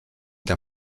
der